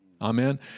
Amen